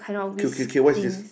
okay okay okay what is this